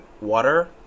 water